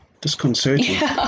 disconcerting